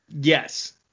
Yes